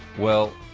well,